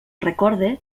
recorde